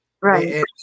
right